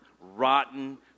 rotten